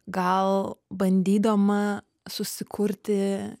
gal bandydama susikurti